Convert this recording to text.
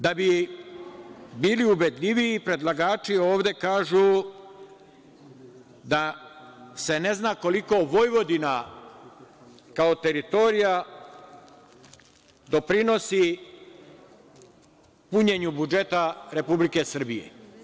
Da bi bili ubedljiviji, predlagači ovde kažu da se ne zna koliko Vojvodina kao teritorija doprinosi punjenju budžeta Republike Srbije.